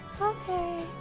okay